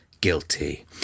guilty